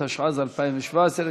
התשע"ז 2017,